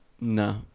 No